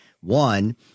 One